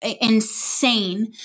insane